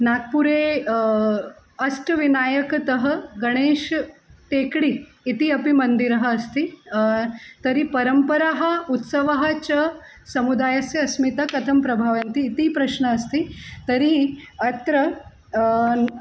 नाग्पुरे अष्ट विनायकतः गणेशः टेकडि इति अपि मन्दिरम् अस्ति तर्हि परम्पराः उत्सवाः च समुदायस्य अस्मिता कथं प्रभवन्ति इति प्रश्नः अस्ति तर्हि अत्र